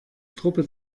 truppe